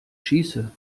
schieße